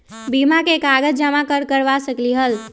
बीमा में कागज जमाकर करवा सकलीहल?